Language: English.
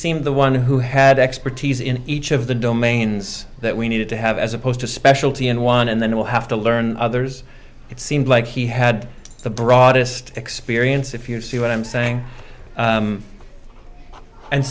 seemed the one who had expertise in each of the domains that we needed to have as opposed to specialty and one and then we'll have to learn others it seemed like he had the broadest experience if you see what i'm saying